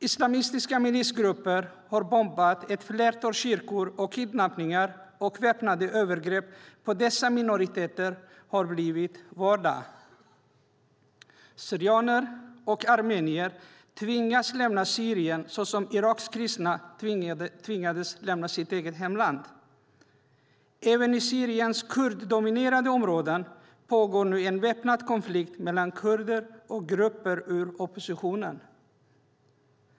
Islamistiska milisgrupper har bombat ett flertal kyrkor, och kidnappningar och väpnade övergrepp på dessa minoriteter har blivit vardag. Syrianer och armenier tvingas lämna Syrien, såsom Iraks kristna tvingades lämna sitt eget hemland. Även i Syriens kurddominerade områden pågår nu en väpnad konflikt mellan kurder och grupper ur oppositionen.